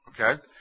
okay